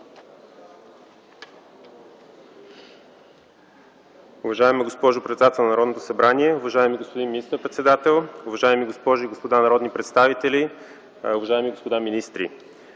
Уважаема госпожо председател на Народното събрание, уважаеми господин министър-председател, уважаеми госпожи и господа народни представители, уважаеми господа министри!